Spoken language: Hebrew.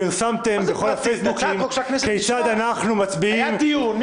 -- פרסמתם בפייסבוק כיצד אנחנו מצביעים נגד --- היה דיון.